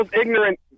ignorant